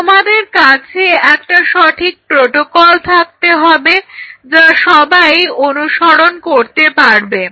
তোমাদের কাছে একটা সঠিক প্রটোকল থাকতে হবে যা সবাই অনুসরণ করতে পারবে